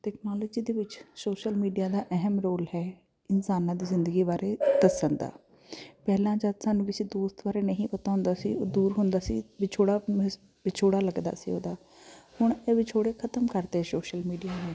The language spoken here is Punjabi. ਟੈਕਨੋਲੋਜੀ ਦੇ ਵਿੱਚ ਸੋਸ਼ਲ ਮੀਡੀਆ ਦਾ ਅਹਿਮ ਰੋਲ ਹੈ ਇਨਸਾਨਾਂ ਦੀ ਜ਼ਿੰਦਗੀ ਬਾਰੇ ਦੱਸਣ ਦਾ ਪਹਿਲਾਂ ਜਦ ਸਾਨੂੰ ਕਿਸੇ ਦੋਸਤ ਬਾਰੇ ਨਹੀਂ ਪਤਾ ਹੁੰਦਾ ਸੀ ਉਹ ਦੂਰ ਹੁੰਦਾ ਸੀ ਵਿਛੋੜਾ ਸ ਵਿਛੋੜਾ ਲੱਗਦਾ ਸੀ ਉਹਦਾ ਹੁਣ ਇਹ ਵਿਛੋੜੇ ਖਤਮ ਕਰਤੇ ਸੋਸ਼ਲ ਮੀਡੀਆ ਨੇ